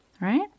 right